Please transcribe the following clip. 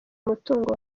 umutungo